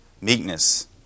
meekness